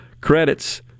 credits